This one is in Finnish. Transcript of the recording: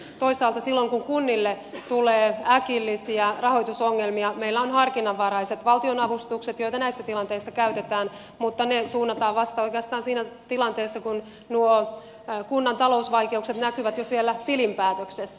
toisaalta silloin kun kunnille tulee äkillisiä rahoitusongelmia meillä on harkinnanvaraiset valtionavustukset joita näissä tilanteissa käytetään mutta ne suunnataan oikeastaan vasta siinä tilanteessa kun nuo kunnan talousvaikeudet näkyvät jo siellä tilinpäätöksessä